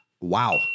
Wow